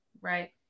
Right